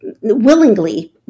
willingly